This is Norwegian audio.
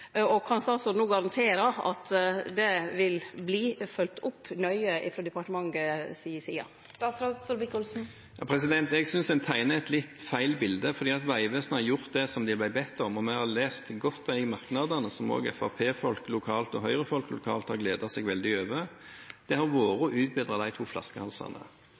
og kan statsråden no garantere at det vil verte følgd nøye opp frå departementet si side? Jeg synes en tegner et litt feil bilde. Vegvesenet har gjort det som de ble bedt om, og vi har lest godt de merknadene, som også Fremskrittsparti- og Høyre-folk lokalt har gledet seg veldig over, om å utbedre de to